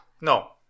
No